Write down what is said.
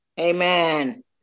Amen